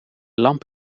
lamp